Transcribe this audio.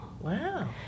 Wow